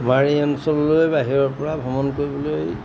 আমাৰ এই অঞ্চললৈ বাহিৰৰ পৰা ভ্ৰমণ কৰিবলৈ